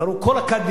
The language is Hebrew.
נבחרו כל הקאדים,